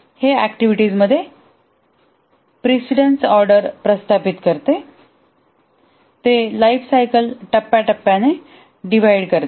हे ऍक्टिव्हिटीजमध्ये precedence order स्थापित करते आणि ते लाइफ सायकल टप्प्याटप्प्याने डिव्हाइड करते